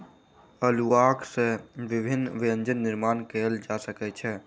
अउलुआ सॅ विभिन्न व्यंजन निर्माण कयल जा सकै छै